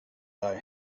thy